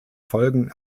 folgen